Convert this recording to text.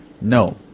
no